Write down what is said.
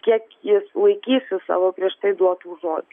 kiek jis laikysis savo prieš tai duotų žodžių